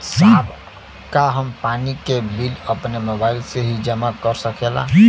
साहब का हम पानी के बिल अपने मोबाइल से ही जमा कर सकेला?